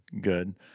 good